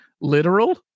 literal